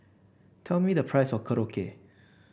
tell me the price of Korokke